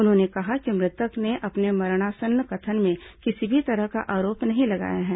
उन्होंने कहा कि मृतक ने अपने मरणासन्न कथन में किसी भी तरह का आरोप नहीं लगाया है